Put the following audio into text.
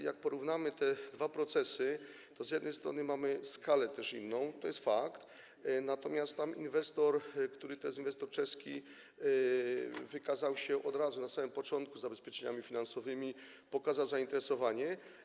Jak porównamy te dwa procesy, to z jednej strony mamy też inną skalę, to jest fakt, natomiast tam inwestor, tj. inwestor czeski, wykazał się od razu na samym początku zabezpieczeniami finansowymi, pokazał zainteresowanie.